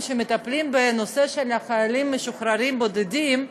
שמטפלים בנושא של החיילים המשוחררים הבודדים,